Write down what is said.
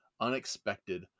unexpected